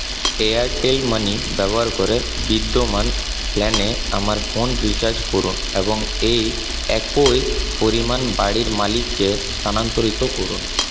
Airtel money ব্যবহার করে বিদ্যমান প্ল্যানে আমার ফোন রিচার্জ করুন এবং এই একই পরিমাণ বাাড়ির মালিককে স্থানান্তরিত করুন